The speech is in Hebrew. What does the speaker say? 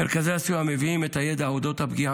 מרכזי הסיוע מביאים את הידע אודות הפגיעה